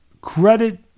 credit